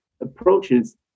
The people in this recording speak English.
approaches